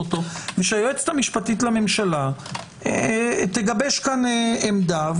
ושהיועצת המשפטית לממשלה תגבש כאן עמדה,